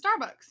Starbucks